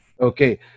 Okay